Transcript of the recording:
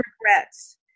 regrets